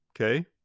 Okay